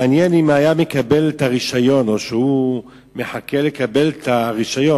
מעניין אם היה מקבל את הרשיון או שהוא היה מחכה לקבל את הרשיון,